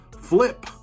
Flip